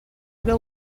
veu